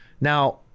Now